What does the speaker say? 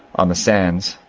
on the sands,